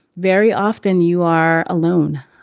very often you are alone.